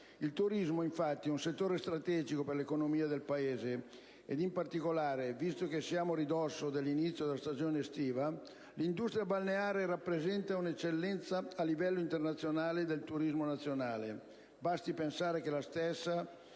Il turismo, infatti, è un settore strategico per l'economia del Paese ed in particolare, visto che siamo a ridosso dell'inizio della stagione estiva, l'industria balneare rappresenta un'eccellenza a livello internazionale del turismo nazionale. Basti pensare che la stessa